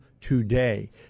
today